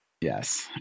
Yes